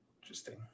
Interesting